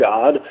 God